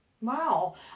Wow